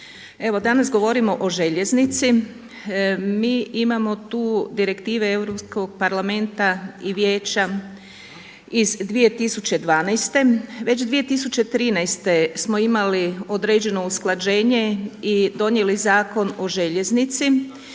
Evo danas govorimo o željeznici, mi imamo tu direktive Europskog parlamenta i Vijeća iz 2012. Već 2013. smo imali određeno usklađenje i donijeli Zakon o željeznici